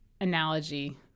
analogy